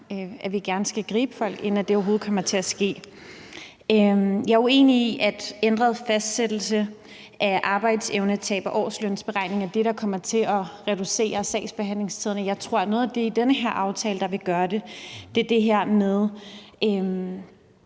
at vi gerne skal gribe folk, inden det overhovedet kommer til at ske. Jeg er uenig i, at en ændret fastsættelse af arbejdsevnetab og årslønsberegningen er det, der kommer til at reducere sagsbehandlingstiderne. Jeg tror, at noget af det i den her aftale, der vil gøre det, er det her med